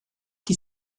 qui